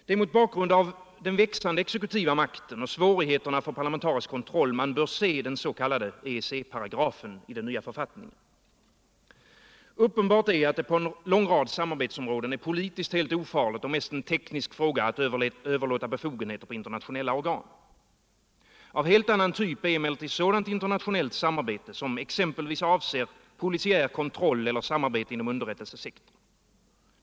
Det är mot bakgrund av den växande exekutiva makten och svårigheten för parlamentarisk kontroll man bör se den s.k. EEC-paragrafen i den nya författningen. Uppenbart är att det på en lång rad samarbetsområden är politiskt helt ofarligt och mest en teknisk fråga att överlåta befogenheter på internationella organ. Av helt annan typ är emellertid sådant internationellt samarbete som avser t.ex. polisiär kontroll eller samarbetet inom underrättelsesektorn.